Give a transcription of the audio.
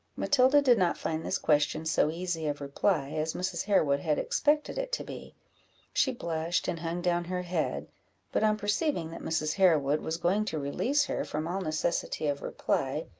matilda did not find this question so easy of reply as mrs. harewood had expected it to be she blushed and hung down her head but, on perceiving that mrs. harewood was going to release her from all necessity of reply,